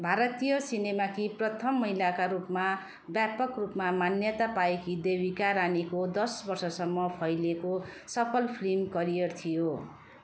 भारतीय सिनेमाकी प्रथम महिलाका रूपमा व्यापक रूपमा मान्यता पाएकी देविका रानीको दस वर्षसम्म फैलिएको सफल फिल्म करियर थियो